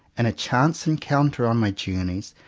in a chance encounter on my journeys,